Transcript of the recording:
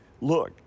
look